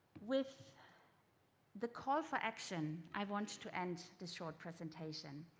with the call for action, i wanted to end this short presentation.